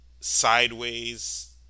sideways